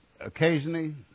occasionally